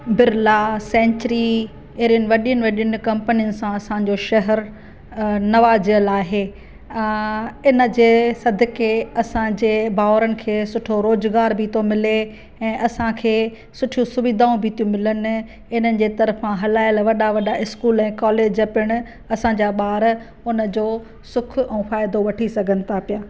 Birla Century अहिड़ियु वॾियुननि वॾियुनि कंपनी सां असांजो शहरु नवाजियलु आहे इन जे सदके असांजे भाउरुनि खे सुठो रोज़गार बि थो मिले ऐं असांखे सुठियूं सुविधाऊं बि थी मिलनि हिननि जे तर्फ़ा हलाइलु वॾा वॾा स्कूल कॉलेज पिण असांजा ॿार हुन जो सुख ऐं फ़ाइदो वठी सघनि था पिया